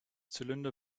zylinder